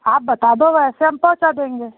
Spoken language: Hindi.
आप बता दो वैसे हम पहुँचा देंगे